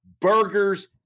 burgers